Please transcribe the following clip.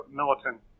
militant